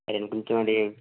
అదే కొంచెం అది